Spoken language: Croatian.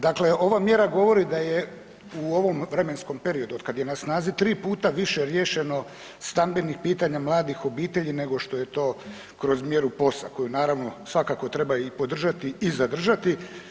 Dakle, ova mjera govori da je u ovom vremenskom periodu otkad je na snazi, 3 puta više riješeno stambenih pitanja mladih obitelji nego što je to kroz mjeru POS-a koju naravno, svakako treba i podržati i zadržati.